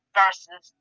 versus